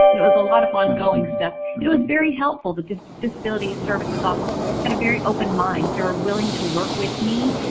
it was a lot of ongoing stuff. it was very helpful. the disability services office and had a very open mind. they were willing to work with me.